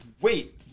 wait